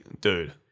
dude